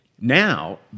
Now